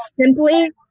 simply